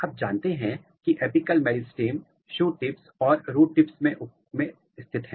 आप जानते हैं कि एपिअल मेरिस्टम्स शूट टिप्स और रूट टिप्स में स्थित हैं